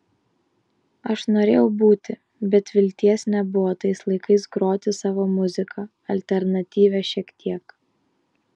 aš norėjau būti bet vilties nebuvo tais laikais groti savo muziką alternatyvią šiek tiek